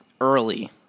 early